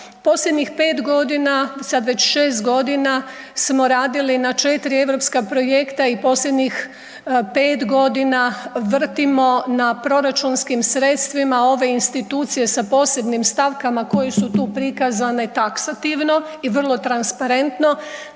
posljednjih 5.g., sad već 6.g. smo radili na 4 europska projekta i posljednjih 5.g. vrtimo na proračunskim sredstvima ove institucije sa posebnim stavkama koje su tu prikazane taksativno i vrlo transparentno,